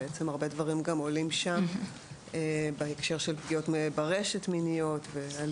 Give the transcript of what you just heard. שהרבה דברים עולים שם בהקשר של פגיעות מיניות ברשת ואלימות?